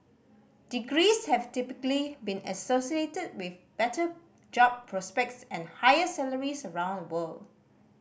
degrees have typically been associated with better job prospects and higher salaries around the world